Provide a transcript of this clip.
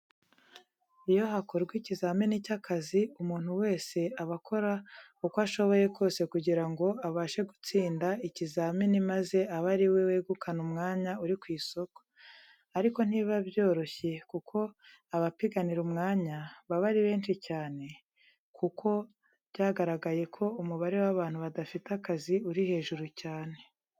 Iyo hakorwa ikizamini cy'akazi, umuntu wese aba akora uko ashoboye kose kugira ngo abashe gutsinda ikizamini maze abe ari we wegukana umwanya uri ku isoko, ariko ntibiba byoroshye kuko abapiganira umwanya baba ari benshi cyane, kuko byagaragaye ko umubare w'abantu badafite akazi uri hejuru cyane.